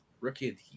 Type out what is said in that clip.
Rookie